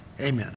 Amen